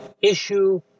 Issue